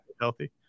healthy